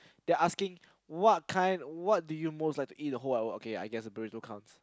they're asking what kind what do you most like to in the whole wide world okay ya I guess a burrito counts